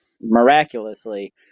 miraculously